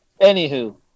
Anywho